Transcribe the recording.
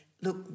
look